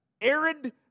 arid